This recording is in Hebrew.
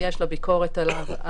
יש לה ביקורת עליו.